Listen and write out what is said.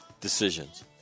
decisions